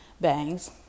bangs